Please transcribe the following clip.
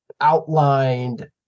outlined